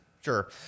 Sure